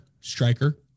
Striker